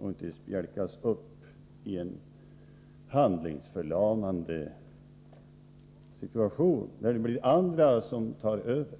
Om vi drabbas av handlingsförlamning, blir det andra som tar över.